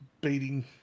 beating